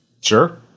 Sure